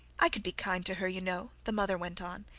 i could be kind to her, you know, the mother went on,